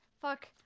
Fuck